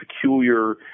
peculiar